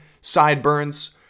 sideburns